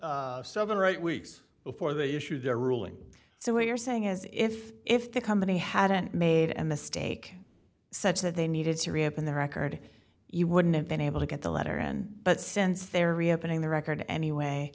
so seven or eight weeks before they issue their ruling so what you're saying is if if the company hadn't made a mistake such that they needed to reopen the record you wouldn't have been able to get the letter and but since they're reopening the record anyway